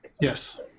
Yes